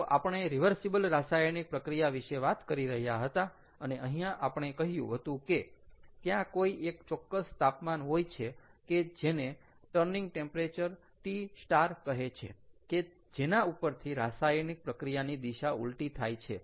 તો આપણે રીવર્સીબલ રાસાયણિક પ્રક્રિયા વિશે વાત કરી રહ્યા હતા અને અહીંયા આપણે કહ્યું હતું કે ત્યાં કોઈ એક ચોક્કસ તાપમાન હોય છે કે જેને ટર્નિંગ ટેમ્પરેચર T કહે છે કે જેના ઉપરથી રાસાયણિક પ્રક્રિયાની દિશા ઉલટી થાય છે